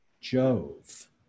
Jove